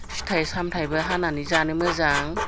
फिथाइ सामथाइबो हानानै जानो मोजां